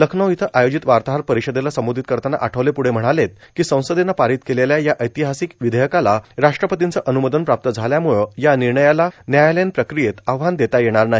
लखनऊ इथं आयोजित वार्ताहर परिषदेला संबोधित करताना आठवले पुढं म्हणाले की संसदेनं पारित केलेल्या ह्या ऐतिहासिक विधेयकाला राष्ट्रपतीचं अनुमोदन प्राप्त झाल्यामुळं या निर्णयाला न्यायालयीन प्रक्रियेत आव्हान देता येणार नाही